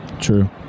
True